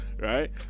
Right